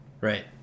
right